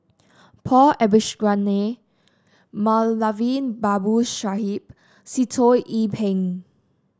Paul Abisheganaden Moulavi Babu Sahib Sitoh Yih Pin